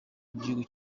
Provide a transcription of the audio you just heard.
igihugu